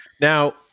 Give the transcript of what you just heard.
Now